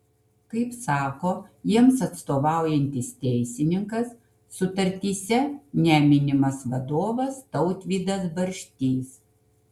kaip sako jiems atstovaujantis teisininkas sutartyse neminimas vadovas tautvydas barštys